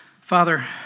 Father